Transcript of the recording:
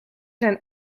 zijn